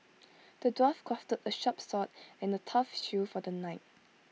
the dwarf crafted A sharp sword and A tough shield for the knight